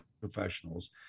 professionals